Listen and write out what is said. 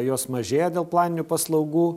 jos mažėja dėl planinių paslaugų